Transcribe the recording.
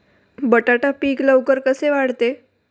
बटाटा पीक लवकर कसे वाढते?